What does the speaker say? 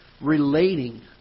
relating